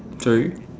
sorry